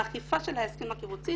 האכיפה של ההסכם הקיבוצי